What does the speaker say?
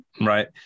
Right